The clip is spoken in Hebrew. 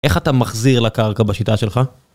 איך אתה מחזיר לקרקע בשיטה שלך?